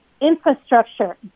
infrastructure